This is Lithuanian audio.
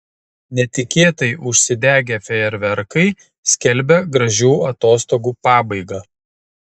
netikėtai užsidegę fejerverkai skelbia gražių atostogų pabaigą